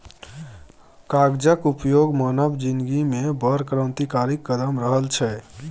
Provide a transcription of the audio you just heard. कागजक उपयोग मानव जिनगीमे बड़ क्रान्तिकारी कदम रहल छै